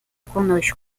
conosco